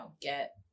get